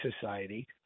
Society